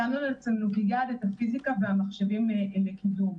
שמנו לעצמנו כיעד את הפיזיקה והמחשבים לקידום,